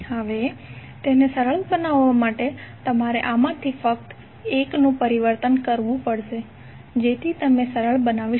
હવે તેને સરળ બનાવવા માટે તમારે આમાંથી ફક્ત એક્નુ પરિવર્તન કરવું પડશે જેથી તમે સરળ બનાવી શકો